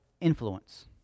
influence